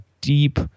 deep